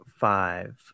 Five